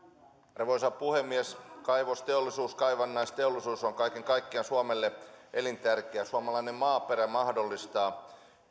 arvoisa puhemies kaivosteollisuus kaivannaisteollisuus on kaiken kaikkiaan suomelle elintärkeä suomalainen maaperä mahdollistaa